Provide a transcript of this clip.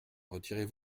retirez